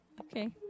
Okay